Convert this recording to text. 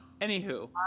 Anywho